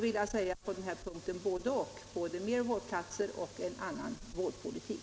Vi behöver alltså både-och —- både mer vårdplatser och en annan vårdpolitik.